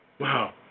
Wow